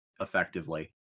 effectively